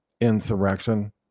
insurrection